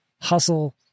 hustle